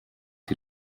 die